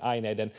aineiden